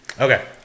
Okay